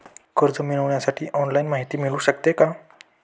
कर्ज मिळविण्यासाठी ऑनलाईन माहिती मिळू शकते का?